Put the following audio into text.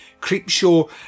Creepshow